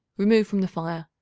remove from the fire.